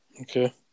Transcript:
Okay